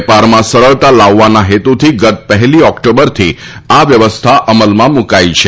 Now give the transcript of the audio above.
વેપારમાં સરળતા લાવવાના હેતુથી ગત પહેલી ઓક્ટોબરથી આ વ્યવસ્થા અમલમાં મૂકાઈ છે